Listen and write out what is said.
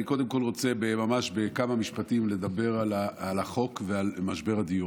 אני קודם כול רוצה ממש בכמה משפטים לדבר על החוק ועל משבר הדיור.